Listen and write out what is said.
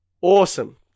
awesome